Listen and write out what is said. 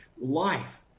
life